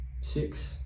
Six